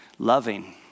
Loving